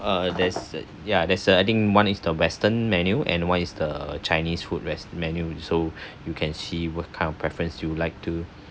uh there's uh ya there's uh I think one is the western menu and one is the chinese food rest~ menu so you can see what kind of preference you would like to